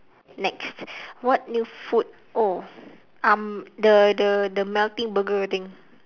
next what new food oh um the the the melting burger thing